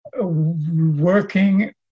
working